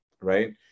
Right